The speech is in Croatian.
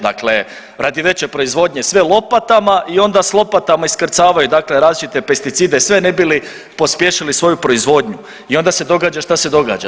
Dakle, radi veće proizvodnje sve lopatama i onda s lopatama iskrcavaju dakle različite pesticide sve ne bi li pospješili svoju proizvodnju i onda se događa što se događa.